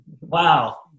Wow